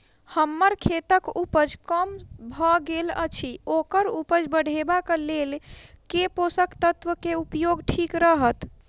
हम्मर खेतक उपज कम भऽ गेल अछि ओकर उपज बढ़ेबाक लेल केँ पोसक तत्व केँ उपयोग ठीक रहत?